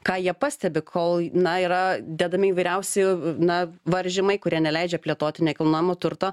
ką jie pastebi kol na yra dedami įvairiausi na varžymai kurie neleidžia plėtoti nekilnojamo turto